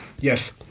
Yes